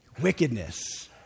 Wickedness